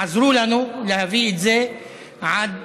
עזרו לנו להביא את זה עד